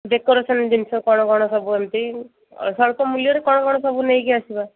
decoration ଜିନିଷ କଣ କଣ ସବୁ ଏମିତି ସ୍ୱଳ୍ପ ମୂଲ୍ୟରେ କଣ କଣ ସବୁ ନେଇକି ଆସିବା